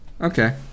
okay